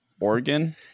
oregon